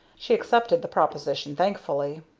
she accepted the proposition thankfully.